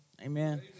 Amen